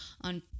on